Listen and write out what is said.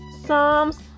Psalms